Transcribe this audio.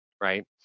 right